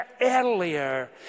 earlier